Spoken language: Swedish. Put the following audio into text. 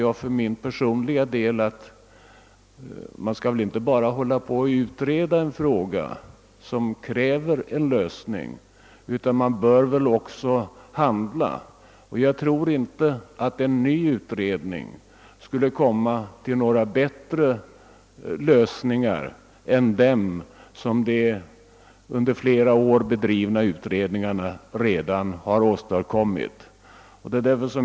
Jag menar att vi inte bara kan hålla på att utreda en fråga, som kräver en snar lösning, utan att vi också måste handla. Jag tror inte att en ny utredning skulle komma på bättre lösningar än vad de under flera år bedrivna utredningarna redan har presenterat.